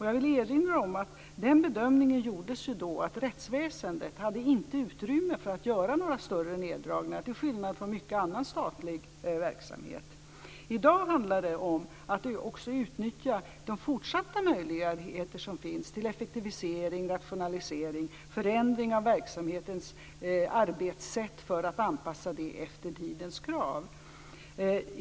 Jag vill erinra om att den bedömningen gjordes då att rättsväsendet inte hade utrymme att göra några större neddragningar, till skillnad från mången annan statlig verksamhet. I dag handlar det om att också utnyttja de fortsatta möjligheter som finns till effektivisering och rationalisering, förändringar av verksamhetens arbetssätt för att anpassa det efter tidens krav.